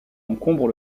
encombre